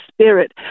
spirit